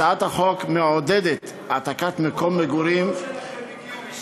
הצעת החוק מעודדת העתקת מקום מגורים לפריפריה,